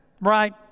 right